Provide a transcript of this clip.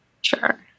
Sure